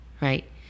right